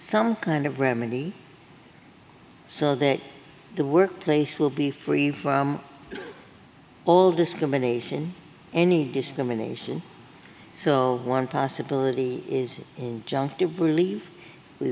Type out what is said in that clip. some kind of remedy so that the workplace will be free from all discrimination any discrimination so one possibility is junk to believe we